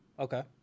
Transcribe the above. Okay